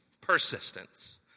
persistence